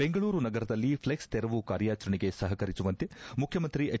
ಬೆಂಗಳೂರು ನಗರದಲ್ಲಿ ಪ್ಲೆಕ್ಸ್ ತೆರವು ಕಾರ್ಯಾಚರಣೆಗೆ ಸಹಕರಿಸುವಂತೆ ಮುಖ್ಯಮಂತ್ರಿ ಹೆಚ್